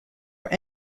were